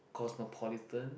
cosmopolitan